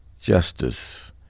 justice